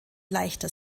leichter